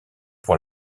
pour